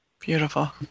Beautiful